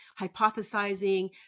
hypothesizing